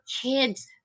kids